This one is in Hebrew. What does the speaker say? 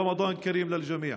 רמדאן כרים לכולם.